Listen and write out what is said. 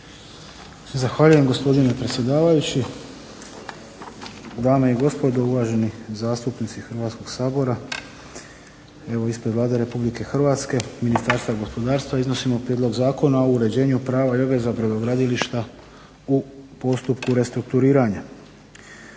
Zahvaljujem gospodine predsjedavajući, dame i gospodo, uvaženi zastupnici Hrvatskog sabora. Evo ispred Vlade Republike Hrvatske, Ministarstva gospodarstva iznosimo Prijedlog o uređenju prava i obveza brodogradilišta u postupku restrukturiranja.